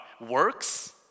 works